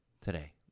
today